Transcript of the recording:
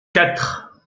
quatre